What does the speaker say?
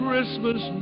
Christmas